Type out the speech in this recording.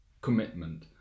commitment